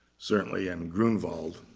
certainly, and grunewald.